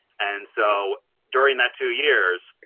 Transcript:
and so during that two years,